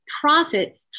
profit